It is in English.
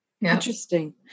Interesting